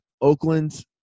Oakland